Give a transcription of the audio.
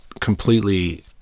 completely